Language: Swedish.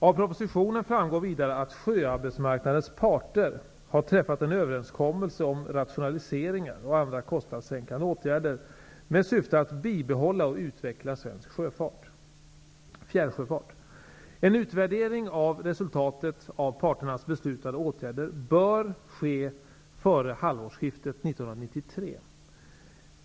Av propositionen framgår vidare att sjöarbetsmarknadens parter har träffat en överenskommelse om rationaliseringar och andra kostnadssänkande åtgärder med syfte att bibehålla och utveckla svensk fjärrsjöfart. En utvärdering av resultatet av parternas beslutade utgärder bör ske före halvårsskiftet 1993.